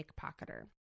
pickpocketer